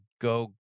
go